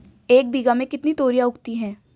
एक बीघा में कितनी तोरियां उगती हैं?